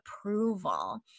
approval